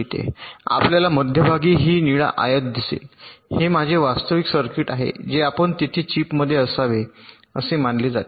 आपल्याला मध्यभागी ही निळा आयत दिसेल हे माझे वास्तविक सर्किट आहे जे आपण तेथे चिपमध्ये असावे असे मानले जाते